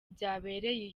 byabereye